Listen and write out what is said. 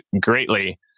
greatly